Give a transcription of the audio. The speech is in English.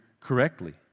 correctly